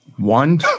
One